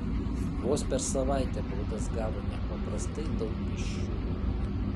vos per savaitę baudas gavo nepaprastai daug pėsčiųjų